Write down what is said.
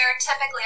typically